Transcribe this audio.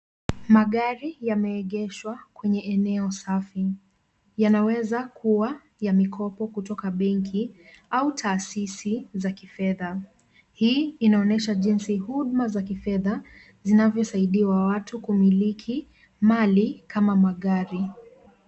Magari yameegeshwa kwenye eneo safi. Yanaweza kuwa ya mikopo kutoka benki au taasisi za kifedha. Hii inaonyesha jinsi huduma za kifedha zinavyosaidia watu kumiliki mali kama magari.